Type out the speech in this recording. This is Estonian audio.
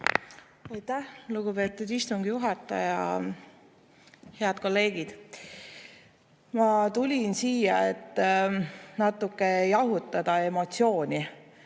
Aitäh, lugupeetud istungi juhataja! Head kolleegid! Ma tulin siia, et natuke jahutada emotsioone.